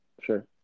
Sure